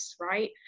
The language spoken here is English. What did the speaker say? right